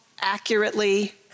accurately